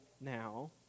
now